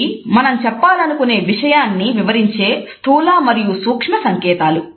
ఇవి మనం చెప్పాలనుకునే విషయాన్ని వివరించే స్థూల మరియు సూక్ష్మ సంకేతాలు